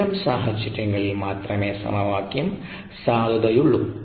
അത്തരം സാഹചര്യങ്ങളിൽ മാത്രമേ സമവാക്യം സാധുതയുള്ളൂ